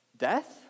Death